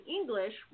English